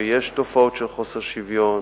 ויש תופעות של חוסר שוויון,